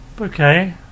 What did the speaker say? Okay